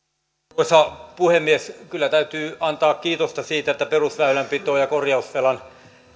arvoisa puhemies kyllä täytyy antaa kiitosta siitä että perusväylänpitoon ja korjausvelan